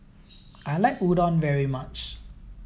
I like Udon very much